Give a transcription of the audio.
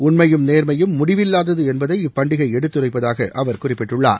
உண்மையும் நேர்மையும் முடிவில்லாதது என்பதை இப்பண்டிகை எடுத்துரைப்பதாக அவர் குறிப்பிட்டுள்ளார்